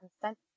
Consent